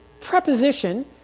preposition